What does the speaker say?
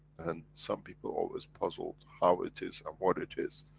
and some people always puzzled how it is and what it is?